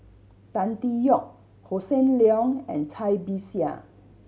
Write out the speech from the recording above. Tan Tee Yoke Hossan Leong and Cai Bixia